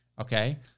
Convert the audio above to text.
okay